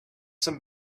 some